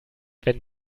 wenn